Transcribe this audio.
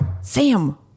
Sam